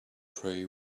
prey